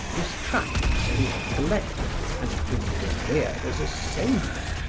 whose tracts he had collected and whom he revered as a saint.